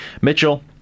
Mitchell